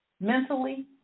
mentally